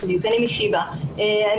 בוקר טוב ותודה על האפשרות לדבר בפני הוועדה.